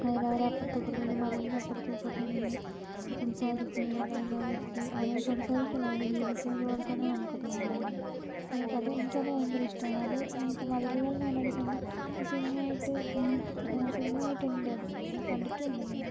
അതായത് അവർ അപ്പറത്തും ഇപ്പറത്തും ഒരു മതിലിൻ്റെ അപ്പുറത്തും ഇപ്പറത്തും നിന്ന് സംസാരിക്കുന്നത് അതായത് ആ ഒരു രീതി സംസാരിക്കുക അല്ല അവർ ജീവിക്കുന്നത് പോലെ തന്നെ നമുക്ക് തോന്നുകയായിരുന്നു എനിക്ക് അത് എനിക്ക് അത് ഭയങ്കര ഇഷ്ടമാണ് അത് ഇപ്പോൾ മതിലുകൾ എന്ന് പറഞ്ഞ ഒരു സംഭവം ഒരു സിനിമയായിട്ട് ഒരു സിനിമയായിട്ട് ഉണ്ട് അത് കണ്ടിട്ടും ഉണ്ട് ഞാൻ